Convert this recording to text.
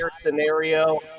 scenario